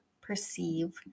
perceive